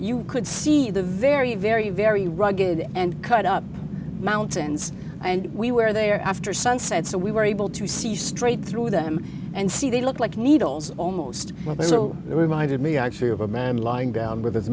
you could see the very very very rugged and cut up mountains and we were there after sunset so we were able to see straight through them and see they look like needles almost well so it reminded me actually of a man lying down with his